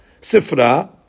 sifra